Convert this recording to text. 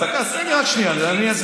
מה ההיגיון, תן לי רק שנייה, אני אסביר.